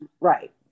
Right